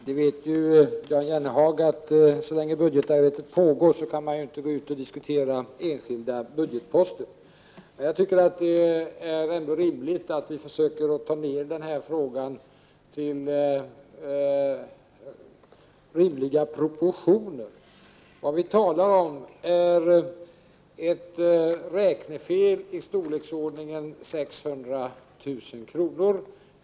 Herr talman! Jan Jennehag vet ju att regeringen, så länge budgetarbetet pågår, inte kan diskutera enskilda budgetposter. Jag tycker att det är rimligt att vi tar ned denna fråga till rimliga proportioner. Vad vi talar om är ett räknefel i storleksordningen 600 000 kr.